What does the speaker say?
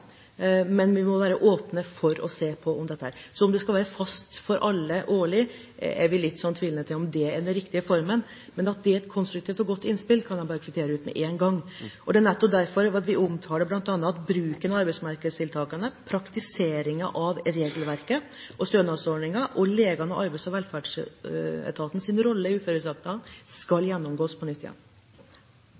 Men vi må være åpne for å se på dette. Om møtet skal være fast for alle årlig, er vi litt tvilende til om er den riktige formen. Men at det er et konstruktivt og godt innspill, kan jeg bare kvittere ut med en gang. Det er nettopp derfor vi bl.a. omtaler at bruken av arbeidsmarkedstiltakene, praktiseringen av regelverket og stønadsordningen og legenes og arbeids- og velferdsetatens rolle i uføresaker skal gjennomgås på nytt.